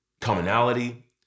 commonality